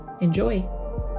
Enjoy